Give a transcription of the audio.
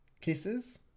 Kisses